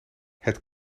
het